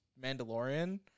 mandalorian